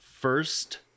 first